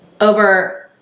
over